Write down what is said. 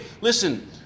listen